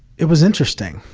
it was interesting.